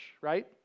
right